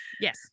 yes